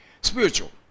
spiritual